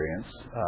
experience